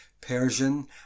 Persian